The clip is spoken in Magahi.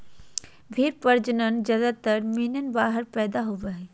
भेड़ प्रजनन ज्यादातर मेमने बाहर पैदा होवे हइ